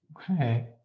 Okay